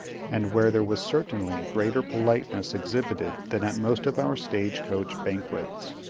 and where there was certainly greater politeness exhibited than at most of our stage-coach banquets.